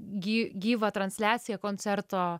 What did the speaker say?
gy gyvą transliaciją koncerto